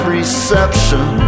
reception